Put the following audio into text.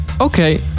okay